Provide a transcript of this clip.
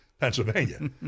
Pennsylvania